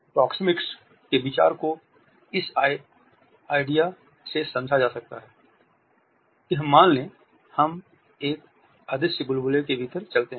proxemics के विचार को इस आईडिया से समझा जा सकता है कि मानलें हम एक अदृश्य बुलबुले के भीतर चलते हैं